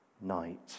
night